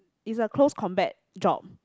it's a close combat job